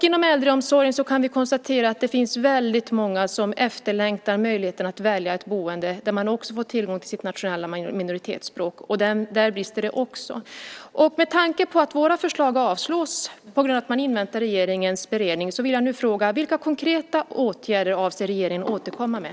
Inom äldreomsorgen kan vi konstatera att det finns många som längtar efter möjligheten att kunna välja ett boende där man får tillgång till sitt nationella minoritetsspråk. Även där brister det. Med tanke på att våra förslag avslås på grund av att man inväntar regeringens beredning vill jag fråga: Vilka konkreta åtgärder avser regeringen att komma med?